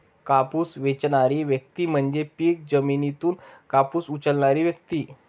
कापूस वेचणारी व्यक्ती म्हणजे पीक जमिनीतून कापूस उचलणारी व्यक्ती